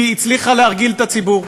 היא הצליחה להרגיל את הציבור.